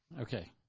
Okay